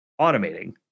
automating